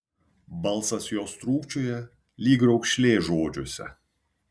balsas jos trūkčioja lyg raukšlė žodžiuose